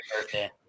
birthday